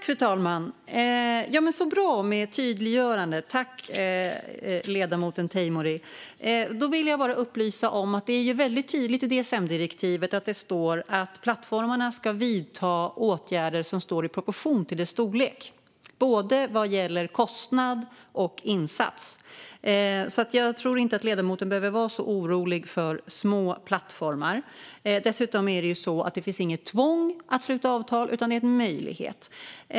Fru talman! Så bra med ett tydliggörande - tack, ledamoten Teimouri! Då vill jag bara upplysa om att det är väldigt tydligt i DSM-direktivet att plattformarna ska vidta åtgärder som står i proportion till deras storlek, både vad gäller kostnad och vad gäller insats. Jag tror alltså inte att ledamoten behöver vara så orolig för små plattformar. Dessutom finns det ju inget tvång att sluta avtal, utan det är en möjlighet.